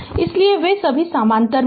इसलिए वे सभी समानांतर में हैं